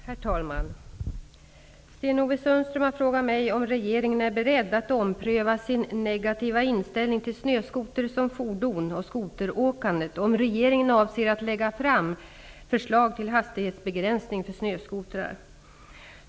Herr talman! Sten-Ove Sundström har frågat mig om regeringen är beredd att ompröva sin negativa inställning till snöskoter som fordon och skoteråkandet och om regeringen avser att lägga fram förslag till hastighetsbegränsning för snöskotrar.